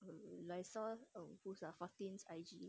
hmm I saw who ah martin I_G